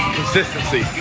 consistency